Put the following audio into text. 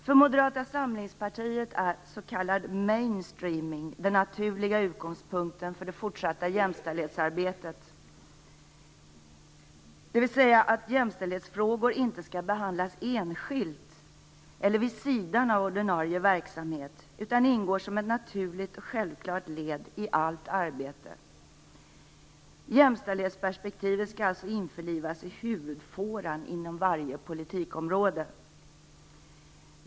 För Moderata samlingspartiet är s.k. mainstreaming den naturliga utgångspunkten för det fortsatta jämställdhetsarbetet, dvs. jämställdhetsfrågor skall inte behandlas enskilt eller vid sidan av ordinarie verksamhet utan ingå som ett naturligt och självklart led i allt arbete. Jämställdhetsperspektivet skall alltså införlivas i huvudfåran inom varje politikområde.